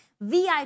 VIP